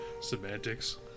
Semantics